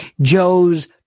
Joe's